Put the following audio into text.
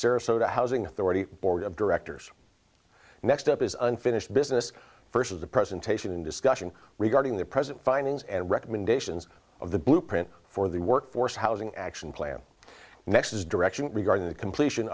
sarasota housing authority board of directors next up is unfinished business first of the presentation in discussion regarding the present findings and recommendations of the blueprint for the workforce housing action plan next direction regarding the completion